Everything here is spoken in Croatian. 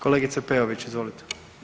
Kolegice Peović, izvolite.